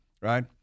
right